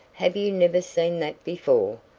have you never seen that before?